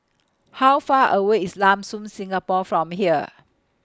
How Far away IS Lam Soon Singapore from here